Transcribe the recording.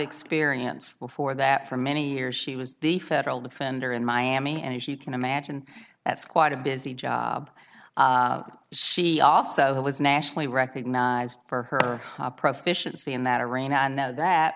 experience before that for many years she was the federal defender in miami and as you can imagine that's quite a busy job she also has nationally recognized for her proficiency in that arena i know that